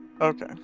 okay